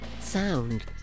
sound